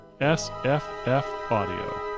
sffaudio